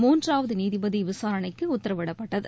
மூன்றாவது நீதிபதி விசாரணைக்கு உத்தரவிடப்பட்டது